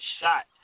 shot